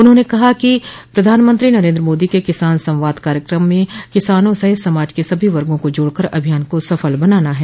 उन्होंने कहा कि प्रधानमंत्री नरेन्द्र मोदी के किसान संवाद कार्यक्रम में किसानों सहित समाज के सभी वर्गो को जोड़कर अभियान को सफल बनाना है